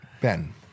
Ben